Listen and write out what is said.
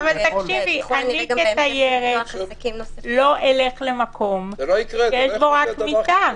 אני כתיירת לא אלך למקום שיש בו רק מיטה.